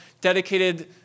dedicated